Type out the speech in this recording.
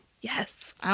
Yes